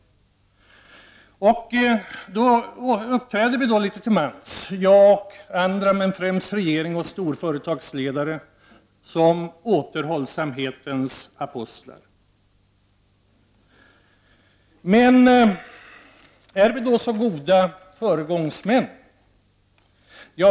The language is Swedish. Vi uppträder här litet till mans — jag och andra, men främst regeringen och storföretagsledare — som återhållsamhetens apostlar. Är vi då så goda föregångsmän?